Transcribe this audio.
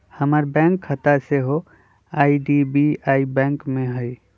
हमर बैंक खता सेहो आई.डी.बी.आई बैंक में हइ